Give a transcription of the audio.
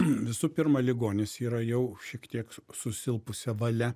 visų pirma ligonis yra jau šiek tiek susilpusia valia